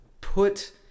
put